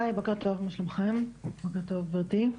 היי, בוקר טוב גברתי.